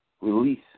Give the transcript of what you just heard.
release